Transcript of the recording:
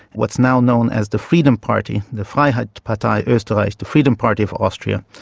what is now known as the freedom party, the freiheitliche partei osterreichs, the freedom party of austria,